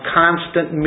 constant